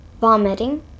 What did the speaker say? vomiting